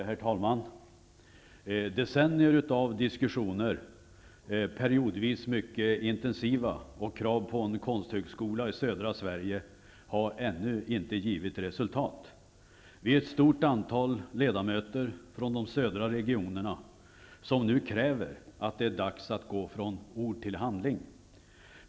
Herr talman! Decennier av diskussioner, periodvis mycket intensiva, och krav på en konsthögskola i södra Sverige har ännu inte givit resultat. Vi är ett stort antal ledamöter från de södra regionerna som nu kräver att det är dags att gå från ord till handling.